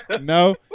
No